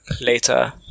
later